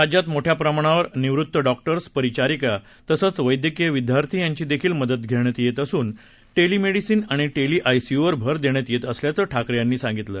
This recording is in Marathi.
राज्यात मोठ्या प्रमाणावर निवृत्त डॉक्टर्स परिचारिका तसंच वैद्यकीय विद्यार्थी यांची देखील मदत घेण्यात येत असून टेलीमेडिसिन आणि टेली आयसीयूवर भर देण्यात येत असल्याचं ठाकरे यांनी सांगितलं